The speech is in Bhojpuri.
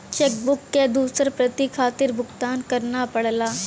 चेक बुक क दूसर प्रति खातिर भुगतान करना पड़ला